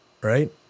right